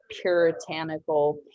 puritanical